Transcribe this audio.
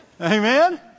Amen